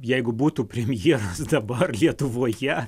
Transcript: jeigu būtų premjeras dabar lietuvoje